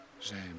J'aime